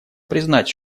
признать